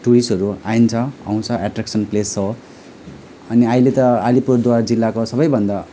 टुरिस्टहरू आइन्छ आउँछ एट्र्याक्सन प्लेस हो अनि अहिले त आलिपुरद्वार जिल्लाको सबैभन्दा